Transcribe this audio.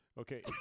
Okay